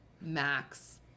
max